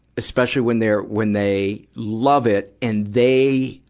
especially when they're, when they love it, and they,